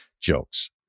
jokes